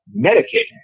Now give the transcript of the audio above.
Medicaid